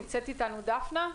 דפנה אתנו?